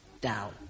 down